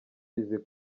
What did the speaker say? izi